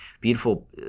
beautiful